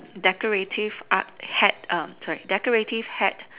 decorative art hat um sorry decorative hat